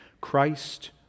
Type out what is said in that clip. Christ